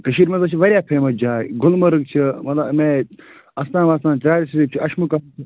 کٔشیٖر منٛز حظ چھِ واریاہ فیٚمس جاے گُلمرگ چھِ مطلب اَمہِ آیہِ آستان وستان ژرٛارِ شریٖف چھُ عشمُقام